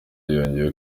yongeyeho